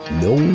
no